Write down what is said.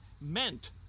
meant